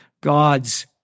God's